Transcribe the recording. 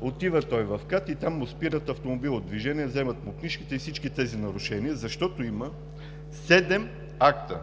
отива в КАТ и там му спират автомобила от движение, взимат му книжката и всички тези нарушения, защото има седем акта